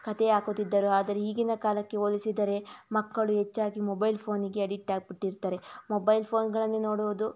ಕಥೆ ಹಾಕುತ್ತಿದ್ದರು ಆದರೆ ಈಗಿನ ಕಾಲಕ್ಕೆ ಹೋಲಿಸಿದರೆ ಮಕ್ಕಳು ಹೆಚ್ಚಾಗಿ ಮೊಬೈಲ್ ಫೋನಿಗೆ ಅಡಿಟ್ಟ್ ಆಗಿ ಬಿಟ್ಟಿರ್ತಾರೆ ಮೊಬೈಲ್ ಫೋನ್ಗಳನ್ನೇ ನೋಡುವುದು